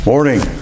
Morning